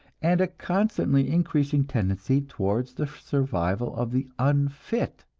and a constantly increasing tendency towards the survival of the unfit.